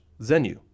zenu